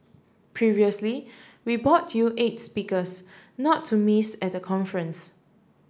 previously we brought you eight speakers not to miss at the conference